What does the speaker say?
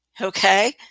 Okay